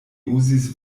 uzis